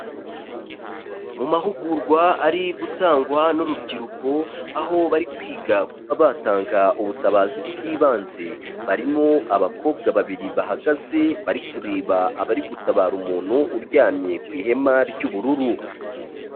Mu mahugurwa ari gutangwa n'urubyiruko, aho bari kwiga ku kuba batanga ubutabazi bw'ibanze, barimo abakobwa babiri bahagaze bari kureba abari gutabara umuntu uryamye ku ihema ry'ubururu.